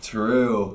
True